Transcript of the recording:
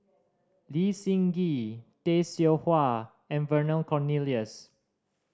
Lee Seng Gee Tay Seow Huah and Vernon Cornelius